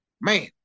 man